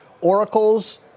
Oracle's